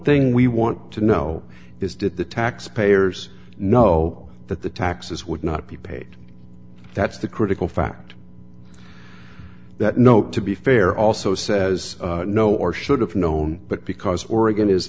thing we want to know is did the taxpayers know that the taxes would not be paid that's the critical fact that no to be fair also says no or should have known but because oregon is